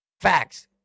Facts